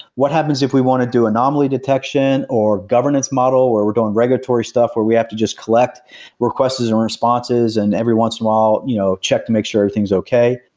what happens if we want to do anomaly detection, or governance model where we're doing regulatory stuff, where we have to just collect requests and responses and every once while you know check to make sure everything's okay?